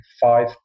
five